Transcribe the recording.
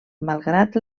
malgrat